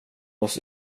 oss